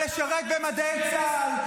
לשרת במדי צה"ל,